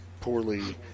poorly